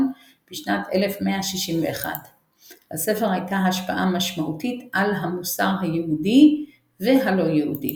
בשנת 1161. לספר הייתה השפעה משמעותית על המוסר היהודי והלא-יהודי.